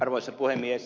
arvoisa puhemies